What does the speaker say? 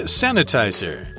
sanitizer